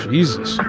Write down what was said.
Jesus